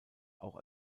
auch